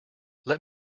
let